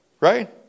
right